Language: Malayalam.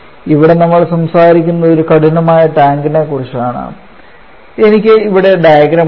ഇവിടെ നമ്മൾ സംസാരിക്കുന്നത് ഒരു കഠിനമായ ടാങ്കിനെക്കുറിച്ചാണ് എനിക്ക് ഇവിടെ ഡയഗ്രം ഉണ്ട്